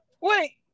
wait